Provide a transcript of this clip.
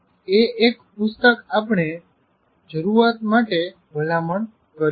એ એક પુસ્તક આપણે શરૂઆત માટે ભલામણ કરશું